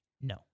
No